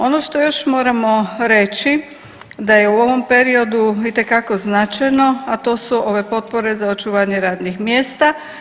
Ono što još moramo reći da je u ovom periodu itekako značajno, a to su ove potpore za očuvanje radnih mjesta.